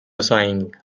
sighing